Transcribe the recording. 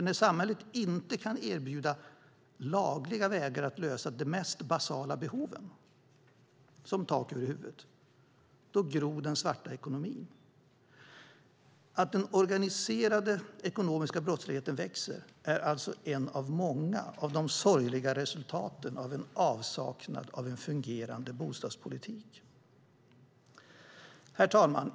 När samhället inte kan erbjuda lagliga vägar att lösa de mest basala behoven, såsom tak över huvudet, då gror den svarta ekonomin. Att den organiserade ekonomiska brottsligheten växer är en av många sorgliga resultat av avsaknaden av en fungerande bostadspolitik. Herr talman!